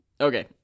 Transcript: Okay